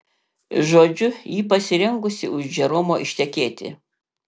žodžiu ji pasirengusi už džeromo ištekėti